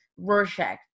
rorschach